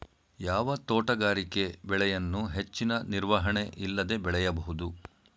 ಯಾವ ತೋಟಗಾರಿಕೆ ಬೆಳೆಯನ್ನು ಹೆಚ್ಚಿನ ನಿರ್ವಹಣೆ ಇಲ್ಲದೆ ಬೆಳೆಯಬಹುದು?